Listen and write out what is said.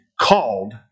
called